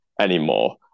anymore